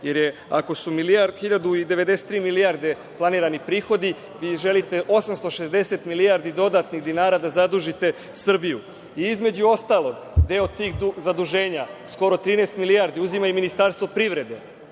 jer ako je hiljadu i 93 milijarde planirani prihodi, vi želite 860 milijardi, dodatnih dinara, da zadužite Srbiju. Između ostalog, deo tih zaduženja, skoro 13 milijardi, uzima i Ministarstvo privrede,